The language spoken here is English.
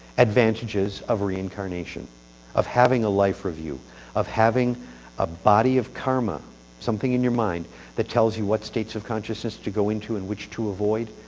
advantages of reincarnation of having a life review of having a body of karma. having something in your mind that tells you what states of consciousness to go into, and which to avoid.